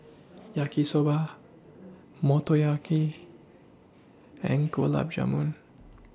Yaki Soba Motoyaki and Gulab Jamun